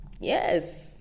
yes